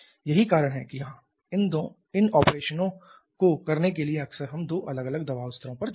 यही कारण है कि इन ऑपरेशनों को करने के लिए अक्सर हम दो अलग अलग दबाव स्तरों पर जाते हैं